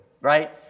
right